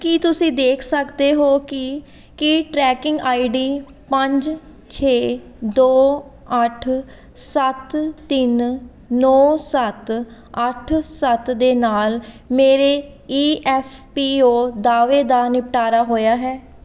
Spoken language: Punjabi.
ਕੀ ਤੁਸੀਂ ਦੇਖ ਸਕਦੇ ਹੋ ਕੀ ਕੀ ਟਰੈਕਿੰਗ ਆਈ ਡੀ ਪੰਜ ਛੇ ਦੋ ਅੱਠ ਸੱਤ ਤਿੰਨ ਨੌ ਸੱਤ ਅੱਠ ਸੱਤ ਦੇ ਨਾਲ ਮੇਰੇ ਈ ਐੱਫ ਪੀ ਓ ਦਾਅਵੇ ਦਾ ਨਿਪਟਾਰਾ ਹੋਇਆ ਹੈ